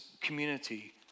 community